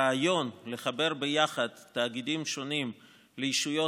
הרעיון לחבר יחד תאגידים שונים לישויות